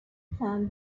planned